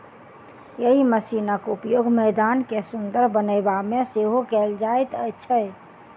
एहि मशीनक उपयोग मैदान के सुंदर बनयबा मे सेहो कयल जाइत छै